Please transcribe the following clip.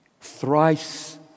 Thrice